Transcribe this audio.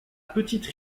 petite